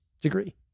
degree